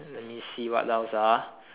let me see what else ah